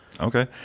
Okay